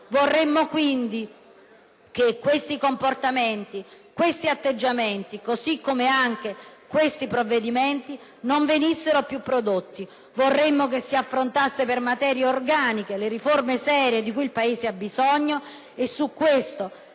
Vorremmo quindi che questi comportamenti, questi atteggiamenti, così come anche questi provvedimenti, non venissero più prodotti. Vorremmo che si affrontassero per materie organiche le riforme serie di cui il Paese ha bisogno e su questo